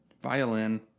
Violin